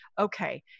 okay